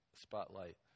spotlight